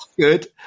good